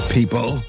People